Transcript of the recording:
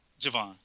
Javon